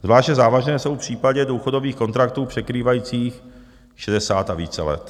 Zvlášť závažné jsou v případě důchodových kontraktů překrývajících šedesát a více let.